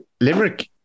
Limerick